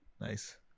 Nice